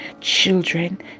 Children